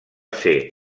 ser